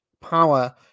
power